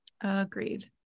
Agreed